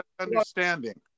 understanding